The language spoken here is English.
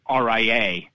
RIA